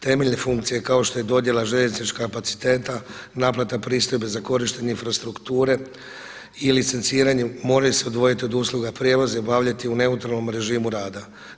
Temeljne funkcije kao što je dodjela željezničkih kapaciteta, naplata pristojbe za korištenje infrastrukture i licenciranju moraju se odvojiti od usluga prijevoza i obavljati u neutralnom režimu rada.